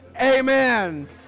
Amen